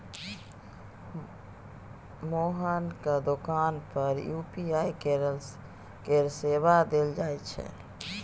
मोहनक दोकान पर यू.पी.आई केर सेवा देल जाइत छै